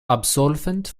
absolvent